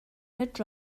mood